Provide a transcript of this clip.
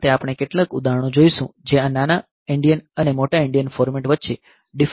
આ રીતે આપણે કેટલાક ઉદાહરણો જોઈશું જે આ નાના એન્ડિયન અને મોટા એન્ડિયન ફોર્મેટ વચ્ચે ડિફરંશીએટ કરશે